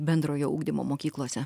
bendrojo ugdymo mokyklose